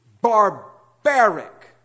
barbaric